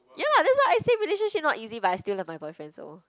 ya lah that's why I say relationship not easy but I still love my boyfriend so